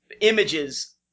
images